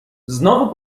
znowu